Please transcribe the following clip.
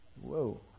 Whoa